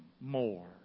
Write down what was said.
more